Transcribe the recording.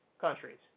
countries